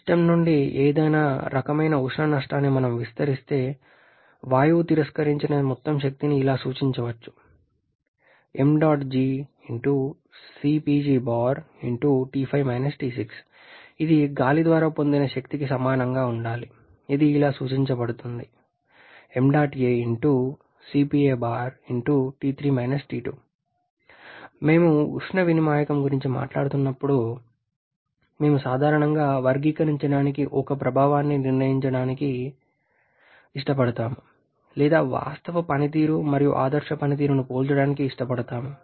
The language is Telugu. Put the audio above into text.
సిస్టమ్ నుండి ఏదైనా రకమైన ఉష్ణ నష్టాన్ని మనం విస్మరిస్తే వాయువు తిరస్కరించిన మొత్తం శక్తిని ఇలా సూచించవచ్చు ఇది గాలి ద్వారా పొందిన శక్తికి సమానంగా ఉండాలి ఇది ఇలా సూచించబడుతుంది మేము ఉష్ణ వినిమాయకం గురించి మాట్లాడుతున్నప్పుడు మేము సాధారణంగా వర్గీకరించడానికి ఒక ప్రభావాన్ని నిర్వచించటానికి ఇష్టపడతాము లేదా వాస్తవ పనితీరు మరియు ఆదర్శ పనితీరును పోల్చడానికి ఇష్టపడతాము